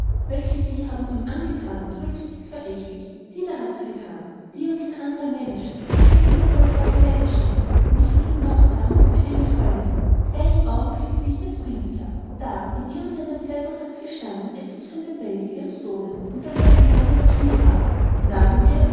welche sie haben's ihm angethan brüllte dick verächtlich die da hat's gethan die und kein andrer mensch die hat immer voll teufelei gesteckt und ich will ihnen auch sagen was mir eingefallen ist gleich im augenblicke wie ich das bild sah da in irgend so einer zeitung hat's gestanden etwas von dem bengel ihrem sohne und daß er eine narbe am kinne habe na wenn der